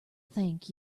thank